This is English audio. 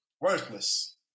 Worthless